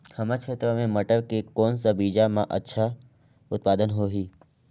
हमर क्षेत्र मे मटर के कौन सा बीजा मे अच्छा उत्पादन होही?